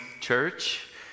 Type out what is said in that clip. church